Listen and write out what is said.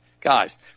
Guys